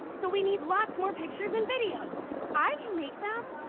so we need lots more pictures and videos. i can make them!